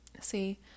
See